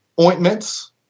Ointments